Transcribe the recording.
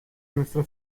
nuestra